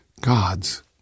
gods